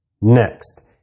Next